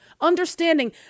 understanding